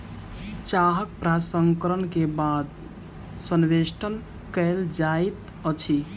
चाहक प्रसंस्करण के बाद संवेष्टन कयल जाइत अछि